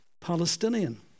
Palestinian